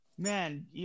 Man